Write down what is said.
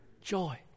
joy